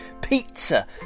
Pizza